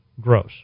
gross